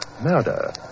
Murder